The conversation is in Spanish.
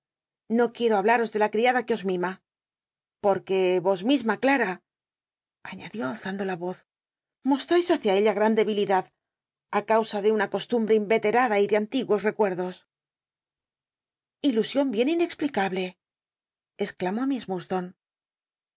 no qu iero hablaros de la ciada que os mima porque ros misma clara añadió alzando la roz moslrais luicia ella gra n debilidad ca usa de tma coslumbte inrelerada y de antiguos ccuerdos llusion bien inexplicable exclamo miss